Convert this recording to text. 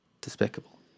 Despicable